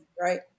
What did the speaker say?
right